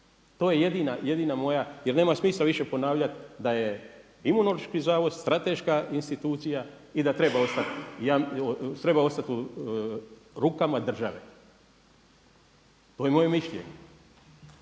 To je jedina moja, jer nema smisla više ponavljati da je Imunološki zavod strateška institucija i da treba ostati u rukama države. To je moje mišljenje.